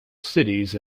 cities